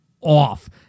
off